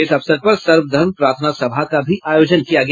इस अवसर पर सर्वधर्म प्रार्थना सभा का भी आयोजन किया गया